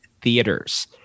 theaters